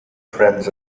friends